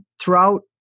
throughout